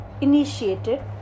initiated